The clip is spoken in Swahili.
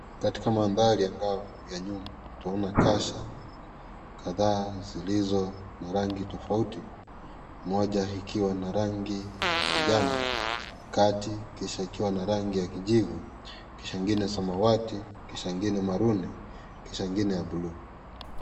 Katika mandhari angavu ya nyuma, twaona kasha kadhaa zilizo na rangi tofauti, moja ikiwa na rangi ya kijani, kati kisha ikiwa na rangi ya kijivu, kisha ingine samawati, kisha ingine maruni, kisha ingine ya buluu.